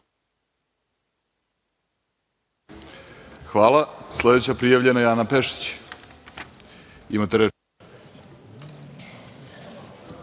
Hvala. Sledeća prijavljena je Ana Pešić.